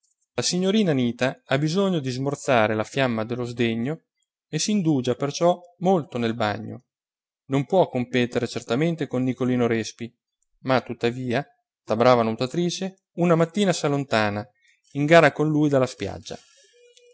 la signorina anita ha bisogno di smorzare la fiamma dello sdegno e s'indugia perciò molto nel bagno non può competere certamente con nicolino respi ma tuttavia da brava nuotatrice una mattina s'allontana in gara con lui dalla spiaggia